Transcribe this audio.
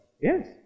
Yes